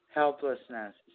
helplessness